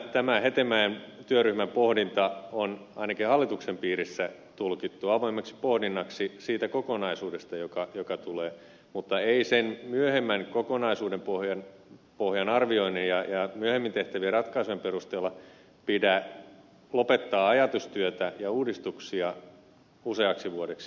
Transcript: tämä hetemäen työryhmän pohdinta on ainakin hallituksen piirissä tulkittu sen kokonaisuuden avoimeksi pohdinnaksi joka tulee mutta ei sen myöhemmän kokonaisuuden pohjan arvioinnin ja myöhemmin tehtävien ratkaisujen perusteella pidä lopettaa ajatustyötä ja uudistuksia useaksi vuodeksi